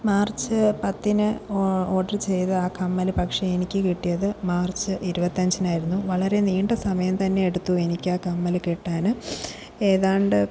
March പത്തിന് ഓ order ചെയ്ത് ആ കമ്മല് പക്ഷേ എനിക്ക് കിട്ടിയത് മാർച്ച് ഇരുപത്തഞ്ചിനായിരുന്നു വളരെ നീണ്ട സമയം തന്നെ എടുത്തു എനിക്ക് ആ കമ്മല് കിട്ടാന് ഏതാണ്ട്